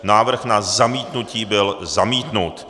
Návrh na zamítnutí byl zamítnut.